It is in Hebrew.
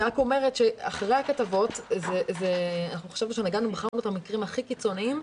אני רק אומרת שאחרי הכתבות חשבנו שבחרנו את המקרים הכי קיצוניים,